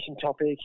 topic